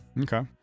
Okay